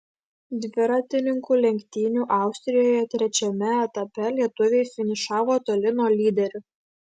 dviratininkų lenktynių austrijoje trečiame etape lietuviai finišavo toli nuo lyderių